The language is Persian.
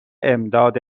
امداد